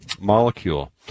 molecule